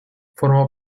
formó